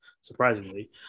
surprisingly